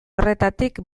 horretatik